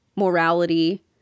Morality